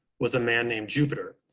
was a man named jupiter.